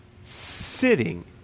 sitting